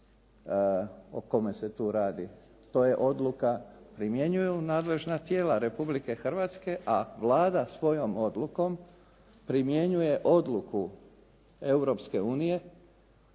o kome se tu radi. To je odluka primjenjuju nadležna tijela Republike Hrvatske, a Vlada svojom odlukom primjenjuje odluku Europske unije